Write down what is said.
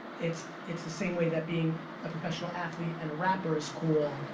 it's it's the same way that being a professional athlete and a rapper is cool.